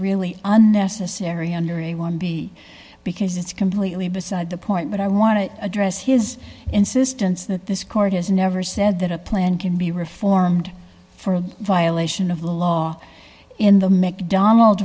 really unnecessary under a one b because it's completely beside the point but i want to address his insistence that this court has never said that a plan can be reformed for a violation of law in the mcdonald